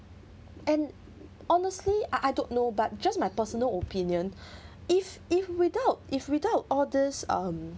and honestly I I don't know but just my personal opinion if if without if without all these um